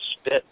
Spit